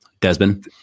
Desmond